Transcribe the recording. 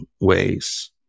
ways